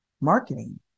marketing